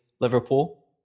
Liverpool